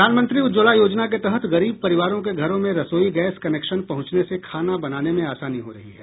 प्रधानमंत्री उज्ज्वला योजना के तहत गरीब परिवारों के घरों में रसोई गैस कनेक्शन पहुंचने से खाना बनाने में आसानी हो रही है